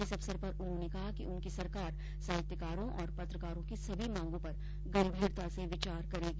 इस अवसर पर उन्होंने कहा कि उनकी सरकार साहित्यकारों और पत्रकारों की सभी मांगों पर गंभीरता से विचार करेगी